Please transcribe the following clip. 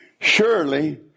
Surely